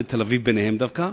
ותל-אביב ביניהן דווקא,